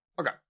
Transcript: okay